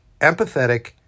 empathetic